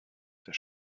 der